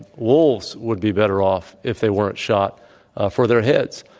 wolves would be better off if they weren't shot for their heads.